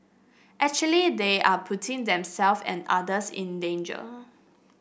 actually they are putting them self and others in danger